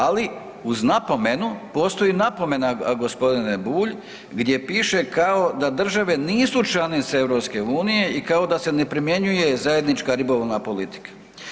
Ali uz napomenu postoji napomena g. Bulj gdje piše kao da države nisu članice EU i da se ne primjenjuje zajednička ribolovna politika.